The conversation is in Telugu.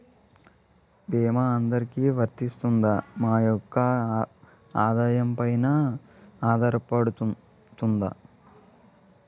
భీమా అందరికీ వరిస్తుందా? మా యెక్క ఆదాయం పెన ఆధారపడుతుందా?